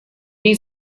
need